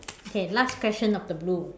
okay last question of the blue